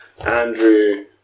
Andrew